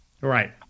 Right